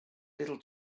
little